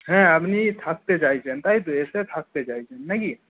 হ্যাঁ আপনি থাকতে চাইছেন তাই তো এসে থাকতে চাইছেন নাকি